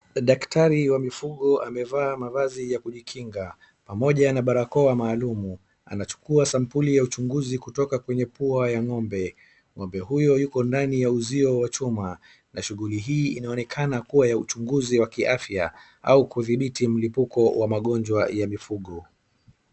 Daktari wa mifugo amevaa mavazi ya kujikinga, pamoja na barakoa maalumu. Anachukua sampuli ya uchunguzi kutoka kwenye pua ya ng'ombe. Ng'ombe huyo yuko ndani ya uzio wa chuma, na shughuli hii inaonekana kuwa ya uchunguzi wa kiafya au kudhibiti mlipuko wa magonjwa ya mifugo.